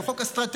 שהוא חוק אסטרטגי,